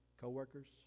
co-workers